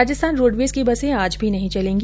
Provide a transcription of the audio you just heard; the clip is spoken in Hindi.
राजस्थान रोडवेज की बसें आज भी नहीं चलेगी